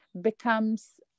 becomes